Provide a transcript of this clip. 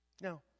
Now